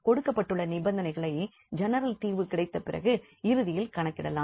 கொடுக்கப்பட்டுள்ள நிபந்தனைகளை ஜெனரல் தீர்வு கிடைத்த பிறகு இறுதியில் கணக்கிடலாம்